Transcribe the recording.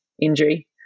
injury